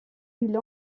mille